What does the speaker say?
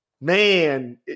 Man